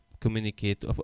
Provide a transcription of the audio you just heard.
communicate